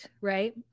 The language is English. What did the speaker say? Right